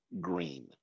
Green